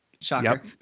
Shocker